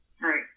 Right